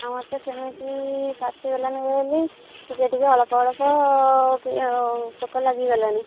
ଆମର ତ ସେମିତି ପାଚିଗଲାଣି ବୋଇଲି ଟିକେ ଟିକେ ଅଳ୍ପ ଅଳ୍ପ ପୋକ ଲାଗିଗଲାଣି